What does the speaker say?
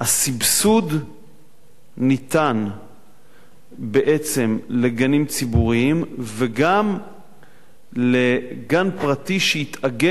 הסבסוד ניתן בעצם לגנים ציבוריים וגם לגן פרטי שהתאגד